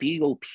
BOP